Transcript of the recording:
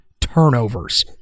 turnovers